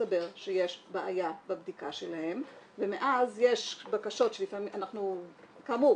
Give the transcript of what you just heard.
הסתבר שיש בעיה בבדיקה שלהם ומאז יש בקשות שלפעמים --- כאמור,